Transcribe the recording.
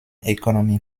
economy